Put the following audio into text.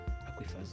aquifers